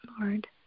Lord